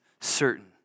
certain